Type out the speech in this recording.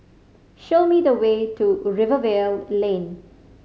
show me the way to Rivervale Lane